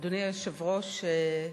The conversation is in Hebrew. אדוני היושב-ראש,